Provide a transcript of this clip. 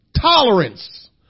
tolerance